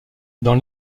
dans